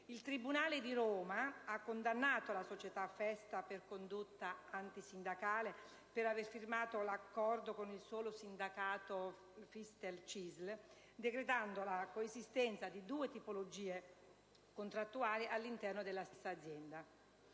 Il tribunale di Roma ha condannato la società FESTA per condotta antisindacale per aver firmato l'accordo con il solo sindacato Fistel-CISL, decretando le coesistenza di due tipologie contrattuali all'interno della stessa azienda.